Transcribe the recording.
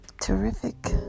terrific